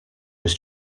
was